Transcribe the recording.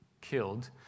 killed